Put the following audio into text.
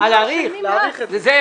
עכשיו רוצים להאריך אותו.